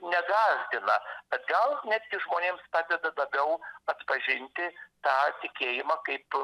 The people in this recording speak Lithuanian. negąsdina bet gal netgi žmonėms padeda labiau atpažinti tą tikėjimą kaip